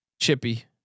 chippy